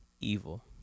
evil